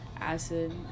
Acid